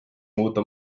muuta